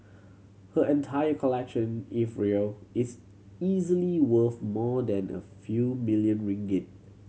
her entire collection if real is easily worth more than a few million ringgit